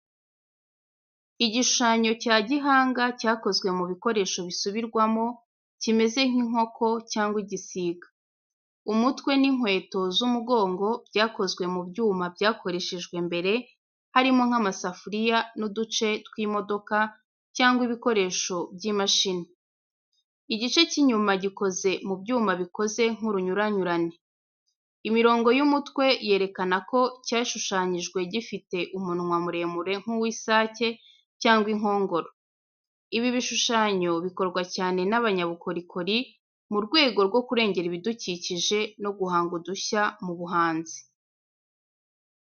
Igishushanyo cya gihanga cyakozwe mu bikoresho bisubirwamo, kimeze nk’inkoko cyangwa igisiga. Umutwe n’inkweto z’umugongo byakozwe mu byuma byakoreshejwe mbere, harimo nk’amasafuriya n’uduce tw’imodoka cyangwa ibikoresho by’imashini. Igice cy’inyuma gikoze mu byuma bikoze nk’urunyuranyune. Imirongo y’umutwe yerekana ko cyashushanyijwe gifite umunwa muremure nk’uw’isake cyangwa inkongoro. Ibi bishushanyo bikorwa cyane n'abanyabukorikori mu rwego rwo kurengera ibidukikije no guhanga udushya mu buhanzi.